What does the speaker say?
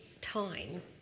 time